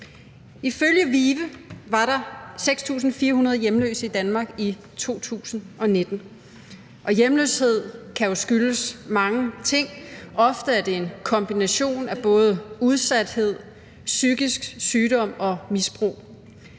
Ifølge VIVE var der 6.400 hjemløse i Danmark i 2019, og hjemløshed kan jo skyldes mange ting. Ofte er det en kombination af både udsathed, psykisk sygdom og misbrug.